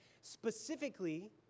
Specifically